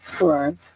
right